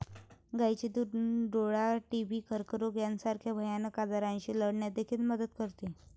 गायीचे दूध डोळा, टीबी, कर्करोग यासारख्या भयानक आजारांशी लढण्यास देखील मदत करते